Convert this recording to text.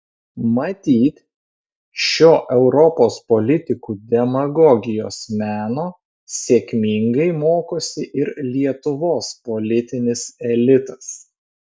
matyt šio europos politikų demagogijos meno sėkmingai mokosi ir lietuvos politinis elitas